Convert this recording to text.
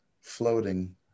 floating